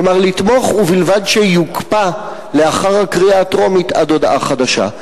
כלומר לתמוך ובלבד שתוקפא לאחר הקריאה הטרומית עד הודעה חדשה.